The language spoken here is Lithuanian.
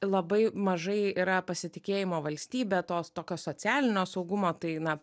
labai mažai yra pasitikėjimo valstybe to tokio socialinio saugumo tai na